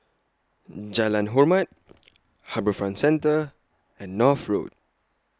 Jalan Hormat HarbourFront Centre and North Road